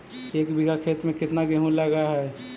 एक बिघा खेत में केतना गेहूं लग है?